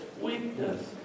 weakness